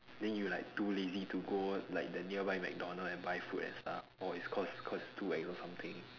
then you like too lazy to go like the nearby mcdonald's and buy food and stuff or it's cause cause it's too ex or something